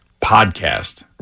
podcast